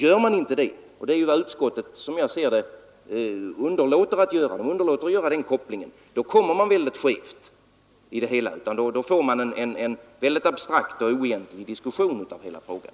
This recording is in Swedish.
Gör man inte det — och det är denna koppling som utskottet enligt min mening underlåter att göra — blir det väldigt skevt. Då får man en mycket abstrakt och oegentlig diskussion av hela frågan.